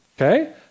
okay